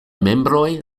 membroj